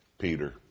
Peter